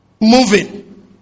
moving